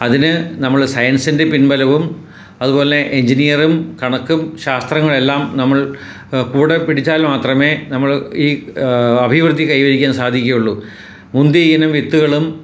അതിന് നമ്മൾ സയൻസിന്റെ പിൻബലവും അതുപോലെ എൻജിനീയറും കണക്കും ശാസ്ത്രങ്ങളുമെല്ലാം നമ്മൾ കൂടെ പിടിച്ചാൽ മാത്രമേ നമ്മൾ ഈ അഭിവൃദ്ധി കൈവരിക്കാൻ സാധിക്കുകയുള്ളൂ മുന്തിയ ഇനം വിത്തുകളും